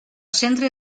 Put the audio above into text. centre